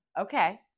okay